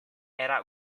era